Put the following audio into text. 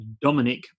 Dominic